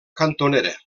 cantonera